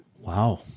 Wow